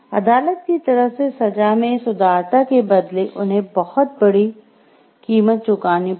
अदालत की तरफ से सजा में इस उदारता के बदले उन्हें बहुत बड़ी कीमत चुकानी पडी